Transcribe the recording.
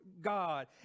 God